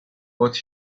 but